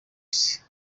isi